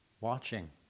watching